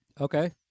Okay